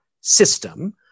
system